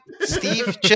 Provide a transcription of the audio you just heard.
Steve